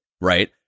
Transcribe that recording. right